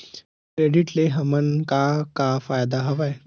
Credit ले हमन का का फ़ायदा हवय?